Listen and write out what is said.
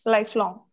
Lifelong